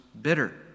bitter